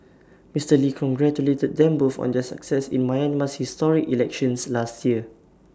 Mister lee congratulated them both on their success in Myanmar's historic elections last year